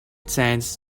sends